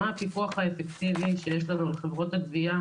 מה הפיקוח האפקטיבי שיש לנו על חברות הגבייה,